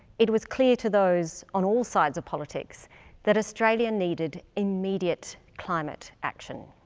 it was clear to those on all sides of politics that australia needed immediate climate action.